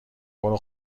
برو